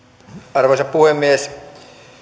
arvoisa puhemies